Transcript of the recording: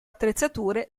attrezzature